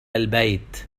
البيت